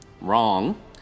Wrong